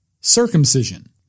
circumcision